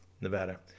Nevada